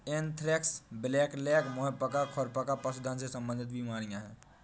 anthrax, blackleg, मुंह पका, खुर पका पशुधन से संबंधित बीमारियां हैं